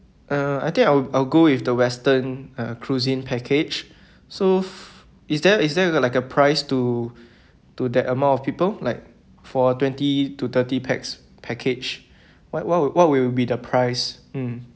uh I think I'll I'll go with the western uh cuisine package so is there is there uh like a price to to that amount of people like for twenty to thirty pax package what what will what will be the price mm